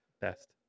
best